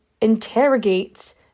interrogates